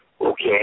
Okay